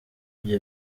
ibyo